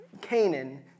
Canaan